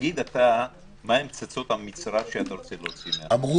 תגיד אתה מהן פצצות המצרר שאתה רוצה להוציא --- אמרו